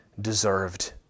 deserved